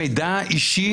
מידע אישי,